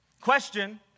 Question